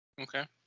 Okay